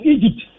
Egypt